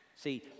see